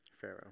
Pharaoh